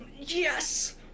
Yes